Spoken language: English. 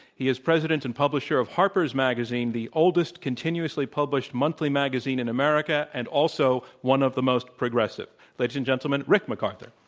he is president and publisher of harper's magazine, the oldest continuously published monthly magazine in america and also one of the most progressive. ladies and gentlemen, rick macarthur.